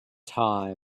time